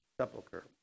sepulcher